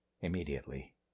Immediately